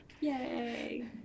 Yay